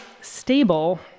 stable